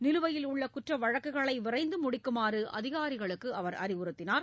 நிலுவையில் உள்ள குற்ற வழக்குகளை விரைந்து முடிக்குமாறு அதிகாரிகளுக்கு அவர் அறிவுறுத்தினார்